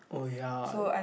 oh ya